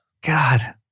God